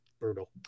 brutal